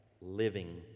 living